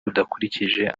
budakurikije